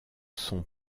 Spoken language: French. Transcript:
sont